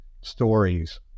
stories